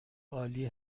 عالی